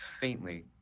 faintly